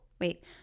Wait